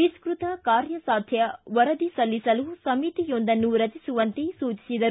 ವಿಸ್ತೃತ ಕಾರ್ಯ ಸಾಧ್ಯ ವರದಿ ಸಲ್ಲಿಸಲು ಸಮಿತಿಯೊಂದನ್ನು ರಚಿಸುವಂತೆ ಸೂಚಿಸಿದರು